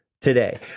today